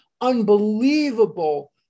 unbelievable